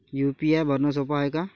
UPI भरनं सोप हाय का?